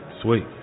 Sweet